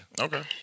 Okay